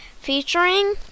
featuring